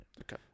Okay